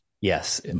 Yes